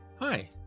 Hi